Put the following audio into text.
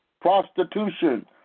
prostitution